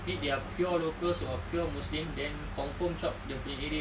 meet their pure locals or pure muslims then confirm chop dia punya area